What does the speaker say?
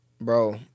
Bro